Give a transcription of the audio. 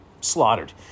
slaughtered